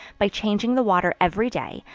by changing the water every day,